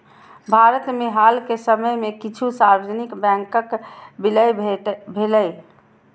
भारत मे हाल के समय मे किछु सार्वजनिक बैंकक विलय भेलैए